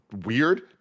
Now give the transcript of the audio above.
weird